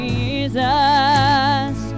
Jesus